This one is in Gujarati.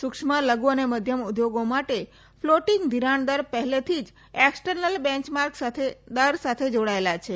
સૂક્ષ્મ લધુ અને મધ્યમ ઉધોગો માટે ફલોંટીગ ધીરાણ દર પહેલા થી જ એકસટર્નલ બેંચમાર્ક દર સાથે જોડાયેલા છે